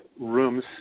rooms